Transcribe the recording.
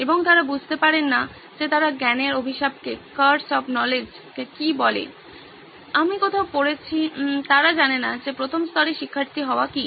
এবং তারা বুঝতে পারেন না যে তারা জ্ঞানের অভিশাপকে কী বলে আমি কোথাও পড়েছি তারা জানে না যে প্রথম স্তরে শিক্ষার্থী হওয়া কী